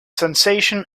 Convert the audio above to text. sensation